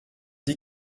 dit